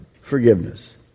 forgiveness